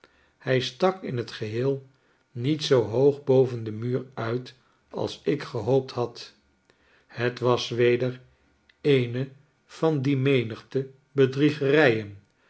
plij stak in het geheel niet zoo hoog boven den muur uit als ik gehoopt had het was weder eene van die menigte